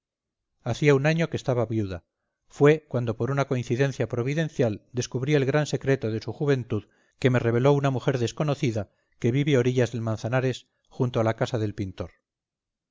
hacía un año que estaba viuda fue cuando por una coincidencia providencial descubrí el gran secreto de su juventud que me reveló una mujer desconocida que vive orillas del manzanares junto a la casa del pintor